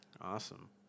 awesome